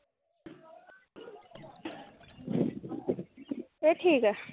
एह् ठीक ऐ